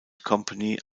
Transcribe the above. company